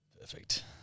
Perfect